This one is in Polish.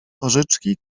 pożyczki